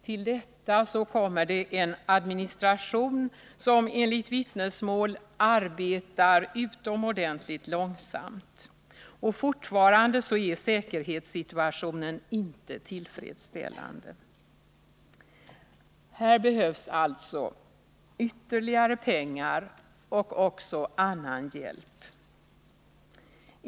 Till detta kommer en administration, som enligt vittnesmål arbetar utomordentligt långsamt. Fortfarande är säkerhetssituationen inte tillfredsställande. Här behövs alltså ytterligare pengar och också annan hjälp.